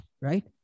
right